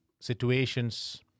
situations